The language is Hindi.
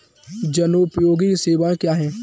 जनोपयोगी सेवाएँ क्या हैं?